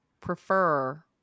prefer